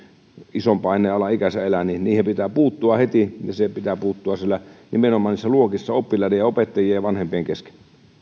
ison paineen alla ikänsä elää niihin pitää puuttua heti ja pitää puuttua nimenomaan niissä luokissa oppilaiden ja opettajien ja vanhempien kesken